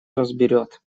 разберет